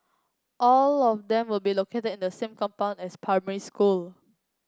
all of them will be located in the same compound as primary school